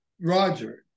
Roger